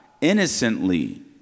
innocently